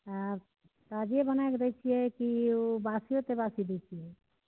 अब तजे बनाके दै छियै कि ओ बसियो तेबासी दै छियै